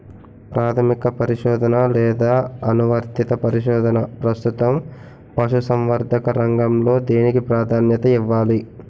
ప్రాథమిక పరిశోధన లేదా అనువర్తిత పరిశోధన? ప్రస్తుతం పశుసంవర్ధక రంగంలో దేనికి ప్రాధాన్యత ఇవ్వాలి?